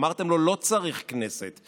אמרתם לו: לא צריך כנסת.